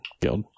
guild